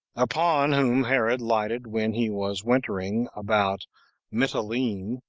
upon whom herod lighted when he was wintering about mitylene,